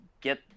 get